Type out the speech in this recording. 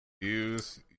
use